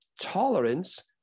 tolerance